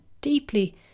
deeply